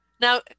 Now